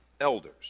elders